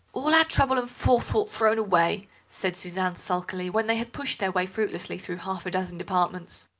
all our trouble and forethought thrown away, said suzanne sulkily, when they had pushed their way fruitlessly through half a dozen departments.